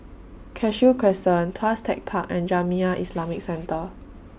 Cashew Crescent Tuas Tech Park and Jamiyah Islamic Centre